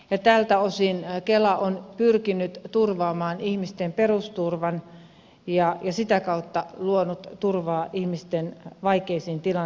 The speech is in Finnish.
tältä osin kela on pyrkinyt turvaamaan ihmisten perusturvan ja sitä kautta luonut turvaa ihmisten vaikeisiin tilanteisiin